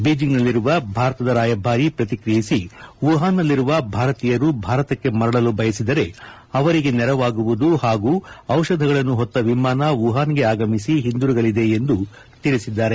ಬೀಚಿಂಗ್ನಲ್ಲಿರುವ ಭಾರತದ ರಾಯಭಾರಿ ಪ್ರತಿಕ್ರಿಯಿಸಿ ವುಹಾನ್ನಲ್ಲಿರುವ ಭಾರತೀಯರು ಭಾರತಕ್ಷೆ ಮರಳಲು ಬಯಸಿದರೆ ಅವರಿಗೆ ನೆರವಾಗುವುದು ಹಾಗೂ ದಿಷಧಿಗಳನ್ನು ಹೊತ್ತ ವಿಮಾನ ವುಹಾನ್ಗೆ ಆಗಮಿಸಿ ಹಿಂದಿರುಗಲಿದೆ ಎಂದು ಹೇಳಿದ್ದಾರೆ